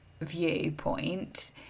viewpoint